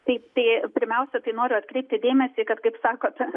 taip tai pirmiausia tai noriu atkreipti dėmesį kad kaip sakot